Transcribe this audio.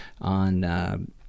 on